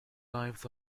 lives